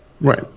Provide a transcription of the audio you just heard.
Right